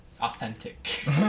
authentic